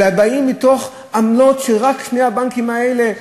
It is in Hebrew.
אלא הם באים מעמלות, רק שני הבנקים האלה,